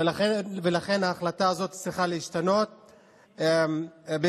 ולכן ההחלטה הזאת צריכה להשתנות בהקדם,